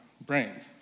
brains